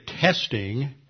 testing